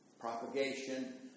Propagation